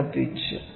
എന്താണ് പിച്ച്